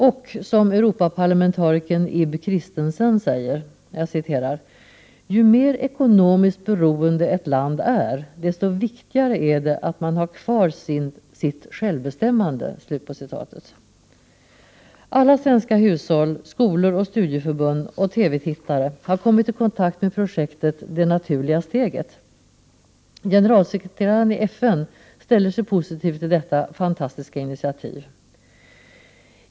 Det är som Europaparlamentarikern Ib Christensen säger: ”Ju mer ekonomiskt beroende ett land är, desto viktigare är det att man har kvar sitt självbestämmande.” Alla svenska hushåll, skolor, studieförbund och TV-tittare har kommit i kontakt med projektet Det naturliga steget. Generalsekreteraren i FN ställer sig positiv till detta fantastiska initiativ.